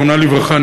זיכרונה לברכה,